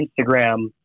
Instagram